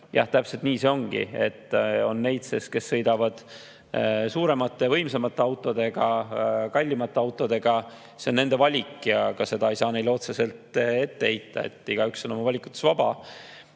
täpselt nii ongi. On neid, kes sõidavad suuremate, võimsamate autodega, kallimate autodega. See on nende valik ja seda ei saa neile otseselt ette heita, igaüks on oma valikutes vaba.